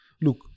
look